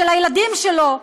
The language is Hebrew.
של הילדים שלו,